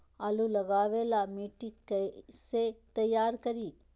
आलु लगावे ला मिट्टी कैसे तैयार करी?